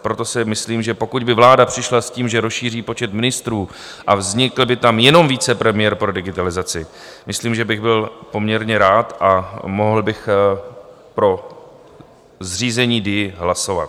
Proto si myslím, že pokud by vláda přišla s tím, že rozšíří počet ministrů, a vznikl by tam jenom vicepremiér pro digitalizaci, myslím, že bych byl poměrně rád a mohl bych pro zřízení DIA hlasovat.